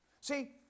See